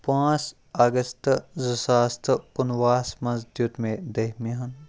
پانٛژھ اَگستہٕ زٕ ساس تہٕ کُنوُہَس منٛز دیٛت مےٚ دٔہمہِ ہُنٛد